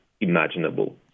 imaginable